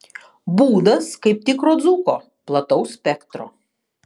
būdas kaip tikro dzūko plataus spektro